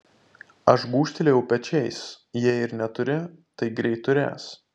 aš gūžtelėjau pečiais jei ir neturi tai greit turės